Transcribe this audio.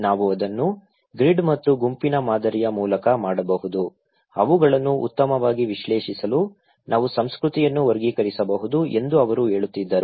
ನಾವು ಅದನ್ನು ಗ್ರಿಡ್ ಮತ್ತು ಗುಂಪಿನ ಮಾದರಿಯ ಮೂಲಕ ಮಾಡಬಹುದು ಅವುಗಳನ್ನು ಉತ್ತಮವಾಗಿ ವಿಶ್ಲೇಷಿಸಲು ನಾವು ಸಂಸ್ಕೃತಿಯನ್ನು ವರ್ಗೀಕರಿಸಬಹುದು ಎಂದು ಅವರು ಹೇಳುತ್ತಿದ್ದರು